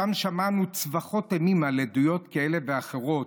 שם שמענו צווחות אימים: עדויות כאלה ואחרות,